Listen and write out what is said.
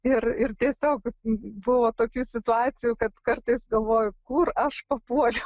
ir ir tiesiog buvo tokių situacijų kad kartais galvoju kur aš papuoliau